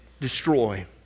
destroy